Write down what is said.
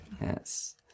Yes